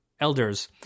elders